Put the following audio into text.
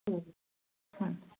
হ্যাঁ